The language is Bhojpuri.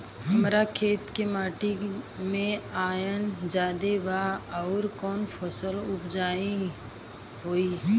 हमरा खेत के माटी मे आयरन जादे बा आउर कौन फसल उपजाऊ होइ?